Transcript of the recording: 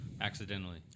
accidentally